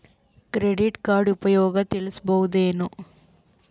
Credit card ಉಪಯೋಗ ತಿಳಸಬಹುದೇನು?